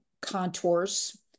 contours